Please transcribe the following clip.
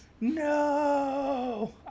No